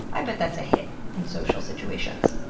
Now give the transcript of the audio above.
i bet that's a hit in social situations.